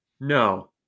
no